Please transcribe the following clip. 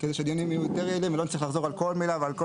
כדי שהדיונים יהיו יותר יעילים ולא נצטרך לחזור על כל מילה ועל כל